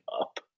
up